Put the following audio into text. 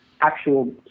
actual